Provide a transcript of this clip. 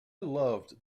loved